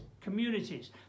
communities